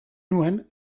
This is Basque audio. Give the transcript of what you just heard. nuen